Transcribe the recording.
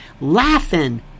Laughing